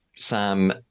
Sam